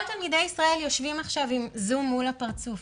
כל תלמידי ישראל יושבים עכשיו עם זום מול הפרצוף,